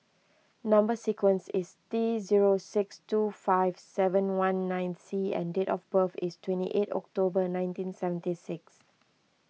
Number Sequence is T zero six two five seven one nine C and date of birth is twenty eight October nineteen seventy six